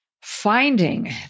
finding